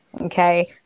Okay